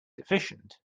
efficient